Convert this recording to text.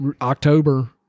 October